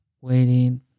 waiting